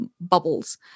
bubbles